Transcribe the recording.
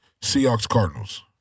Seahawks-Cardinals